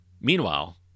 Meanwhile